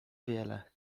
wiele